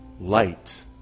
light